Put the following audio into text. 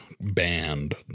band